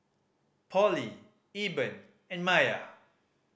Pollie Eben and Mya